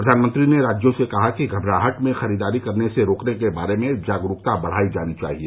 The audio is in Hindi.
प्रधानमंत्री ने राज्यों से कहा कि घबराहट में खरीदारी करने से रोकने के बारे में जागरूकता बढाई जानी चाहिए